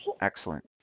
Excellent